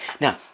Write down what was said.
now